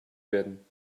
werden